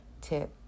tip